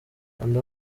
kanda